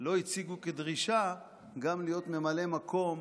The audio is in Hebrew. לא הציעו כדרישה גם להיות ממלא מקום